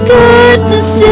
goodness